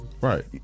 Right